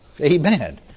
Amen